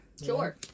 Sure